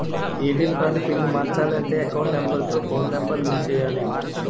ATM card pin మార్చాలంటే account number తో phone number link చేయాలి